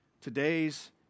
today's